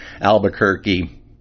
Albuquerque